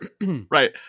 Right